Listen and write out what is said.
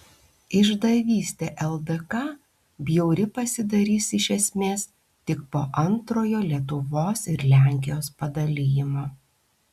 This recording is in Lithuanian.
išdavystė ldk bjauri pasidarys iš esmės tik po antrojo lietuvos ir lenkijos padalijimo